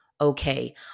okay